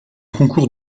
concours